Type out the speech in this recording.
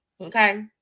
Okay